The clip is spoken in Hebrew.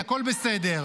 תודה רבה.